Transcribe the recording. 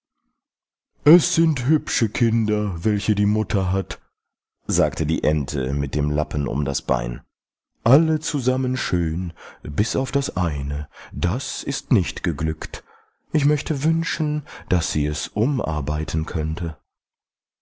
es sind hübsche kinder welche die mutter hat sagte die ente mit dem lappen um das bein alle zusammen schön bis auf das eine das ist nicht geglückt ich möchte wünschen daß sie es umarbeiten könnte